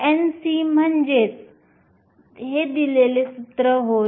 Nc म्हणजेच 22πmekTh232 होय